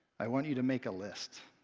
i want you to make a list.